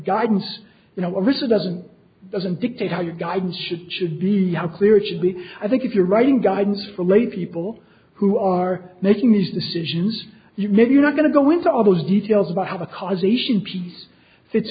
guidance you know richard doesn't doesn't dictate how your guide should should be how clear it should be i think if you're writing guidance for lay people who are making these decisions you know you're not going to go into all those details about how the